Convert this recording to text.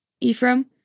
Ephraim